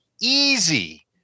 easy